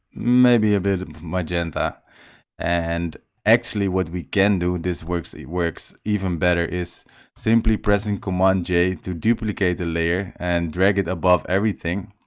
maybe a bit of magenta and actually what we can do this works it works even better is simply pressing command j to duplicate the layer and drag it above everything